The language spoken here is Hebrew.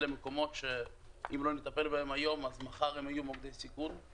אלה מקומות שאם לא נטפל בהם היום אז מחר הם יהיו מוקדי סיכון.